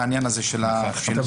אנחנו